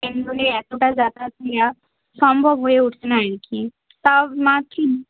train ধরে এতোটা যাতায়াত নেওয়া সম্ভব হয়ে উঠছে না আর কি তাও মাকে